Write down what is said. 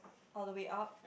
all the way up